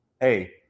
hey